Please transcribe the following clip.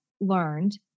learned